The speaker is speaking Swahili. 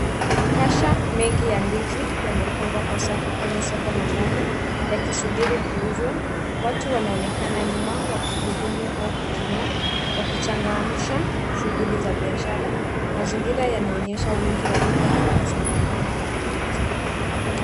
Makasha mengi ya ndizi yamepangwa kwa safu kwenye soko la ndani yakisubiri kuuzwa watu wanaonekana nyuma kwa kuwa wakihudumu au kununua wakichangamsha shughuli za biashara mazingira yanaonyesha wingi wa bidhaa na mzongamano ya wanunuzi.